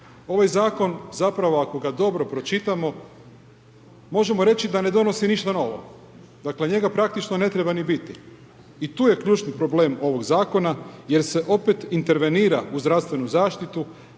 Ovaj zakon, ako ga dobro pročitamo možemo reći da ne donosi ništa novo. Njega praktičko ne treba ni biti. I tu je ključni problem ovog zakona, jer se opet intervenira u zdravstvenu zaštitu